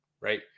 Right